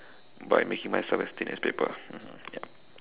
by making myself as thin as paper mmhmm yup